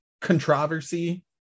controversy